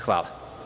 Hvala.